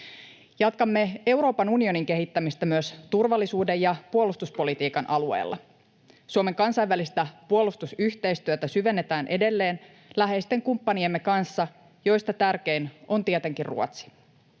Jatkamme Euroopan unionin kehittämistä myös turvallisuuden ja puolustuspolitiikan alueella. Suomen kansainvälistä puolustusyhteistyötä syvennetään edelleen läheisten kumppaniemme kanssa, joista tärkein on tietenkin Ruotsi.